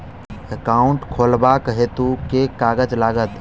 Account खोलाबक हेतु केँ कागज लागत?